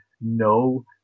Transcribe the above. no